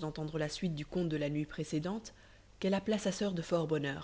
d'entendre la suite du conte de la nuit précédente qu'elle appela sa soeur de fort bonne